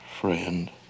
friend